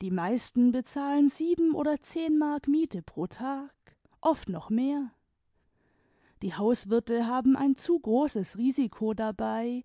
die meisten bezahlen sieben oder zehn mark miete pro tag oft noch mehr die hauswirte haben ein zu großes risiko dabei